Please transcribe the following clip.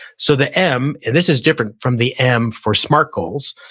so the m and this is different from the m for smart goals,